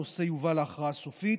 הנושא יובא להכרעה סופית.